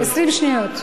20 שניות.